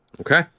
Okay